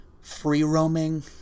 free-roaming